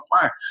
fire